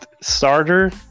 starter